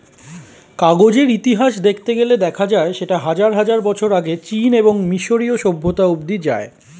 কাগজের ইতিহাস দেখতে গেলে দেখা যায় সেটা হাজার হাজার বছর আগে চীন এবং মিশরীয় সভ্যতা অবধি যায়